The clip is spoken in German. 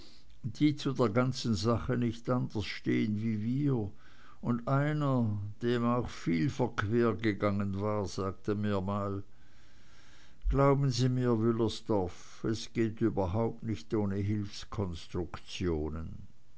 die zu der ganzen sache nicht anders stehen wie wir und einer dem auch viel verquer gegangen war sagte mir mal glauben sie mir wüllersdorf es geht überhaupt nicht ohne